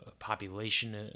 population